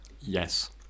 yes